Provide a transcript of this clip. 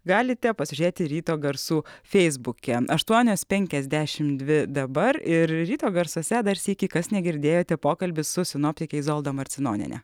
galite pasižiūrėti ryto garsų feisbuke aštuonios penkiasdešimt dvi dabar ir ryto garsuose dar sykį kas negirdėjote pokalbis su sinoptike izolda marcinonienė